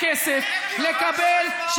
אתה רוצה את כולם עובדי קבלן.